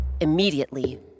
Immediately